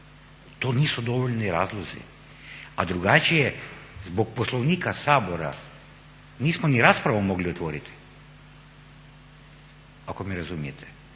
To nisu dovoljni razlozi? A drugačije zbog Poslovnika Sabora nismo ni raspravu mogli otvoriti ako me razumijete.